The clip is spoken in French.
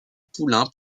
poulain